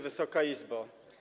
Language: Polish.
Wysoka Izbo!